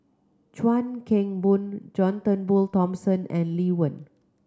Chuan Keng Boon John Turnbull Thomson and Lee Wen